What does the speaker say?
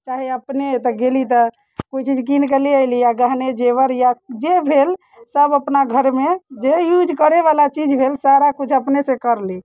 चाहे अपने तऽ गेली तऽ ओ चीज कीन कऽ लऽ अयली आ गहने जेवर या जे भेल सभ अपना घरमे जे यूज करैवला चीज भेल सारा किछु अपनेसँ करली